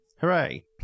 Hooray